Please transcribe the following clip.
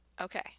Okay